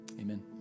amen